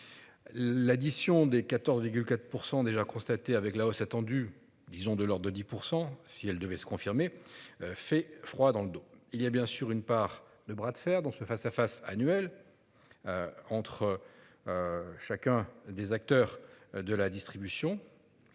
L'addition des 14,4% déjà constaté avec la hausse attendue disons de leur de 10% si elle devait se confirmer. Fait froid dans le dos. Il y a bien sûr une part le bras de fer dans ce face-à-face annuel. Entre. Chacun des acteurs de la distribution.